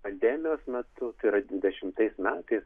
pandemijos metu tai yra dvidešimtais metais